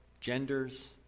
genders